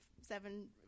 seven